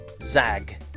Zag